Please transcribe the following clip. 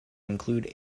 include